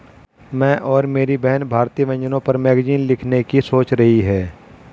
मैं और मेरी बहन भारतीय व्यंजनों पर मैगजीन लिखने की सोच रही है